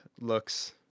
looks